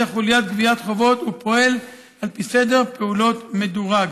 חוליית גביית חובות ופועל על פי סדר פעולות מדורג,